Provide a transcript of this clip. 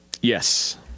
Yes